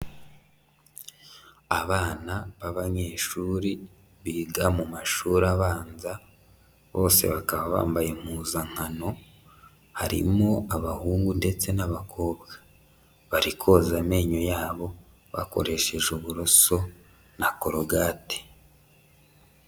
Abana b'abanyeshuri biga mu mashuri abanza bose bakaba bambaye impuzankano harimo abahungu ndetse n'abakobwa barikoza amenyo yabo bakoresheje uburoso na korogate.